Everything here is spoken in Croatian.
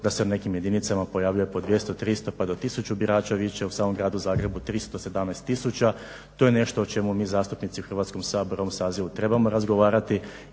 da se u nekim jedinicama pojavljuje po 200, 300 pa do tisuću birača više u samom gradu Zagrebu 317 tisuća, to je nešto o čemu mi zastupnici u Hrvatskom saboru u ovom sazivu trebamo razgovarati